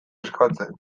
eskatzen